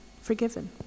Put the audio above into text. forgiven